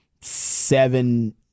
seven